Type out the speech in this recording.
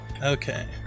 Okay